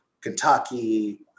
Kentucky